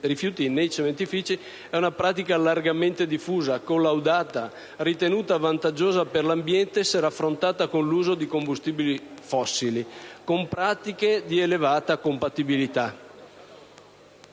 rifiuti nei cementifici è una pratica largamente diffusa, collaudata, ritenuta vantaggiosa per l'ambiente se raffrontata con l'uso di combustibili fossili e con pratiche di elevata compatibilità.